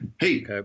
Hey